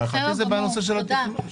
להערכתי זה בנושא של הוועדה.